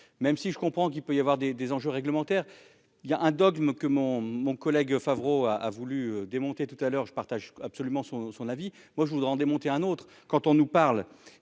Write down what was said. même si je comprends qu'il peut y avoir des des enjeux réglementaires, il y a un dogme que mon mon collègue Favreau a voulu démonter tout à l'heure, je partage absolument son son avis moi je voudrais en démonter un autre quand on nous parle